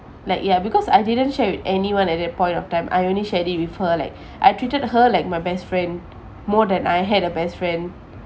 like ya because I didn't share with anyone at that point of time I only shared it with her like I treated her like my best friend more than I had a best friend